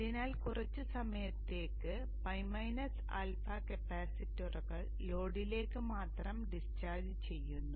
അതിനാൽ കുറച്ച് സമയത്തേക്ക് ᴨ α കപ്പാസിറ്ററുകൾ ലോഡിലേക്ക് മാത്രം ഡിസ്ചാർജ് ചെയ്യുന്നു